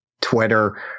twitter